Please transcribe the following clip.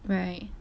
right